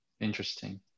Interesting